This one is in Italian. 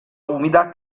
umida